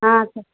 చెప్పు